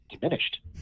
diminished